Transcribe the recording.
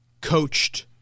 coached